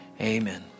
amen